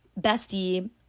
bestie